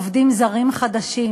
עובדים זרים חדשים.